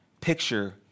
picture